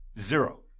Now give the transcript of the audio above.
zero